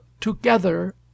together